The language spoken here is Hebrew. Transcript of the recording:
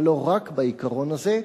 אבל לא רק בעיקרון הזה.